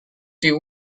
due